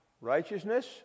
righteousness